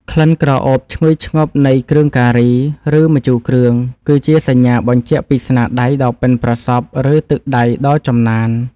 ក្លិនក្រអូបឈ្ងុយឈ្ងប់នៃគ្រឿងការី ឬម្ជូរគ្រឿង គឺជាសញ្ញាបញ្ជាក់ពីស្នាដៃដ៏ប៉ិនប្រសប់ ឬទឹកដៃដ៏ចំណាន។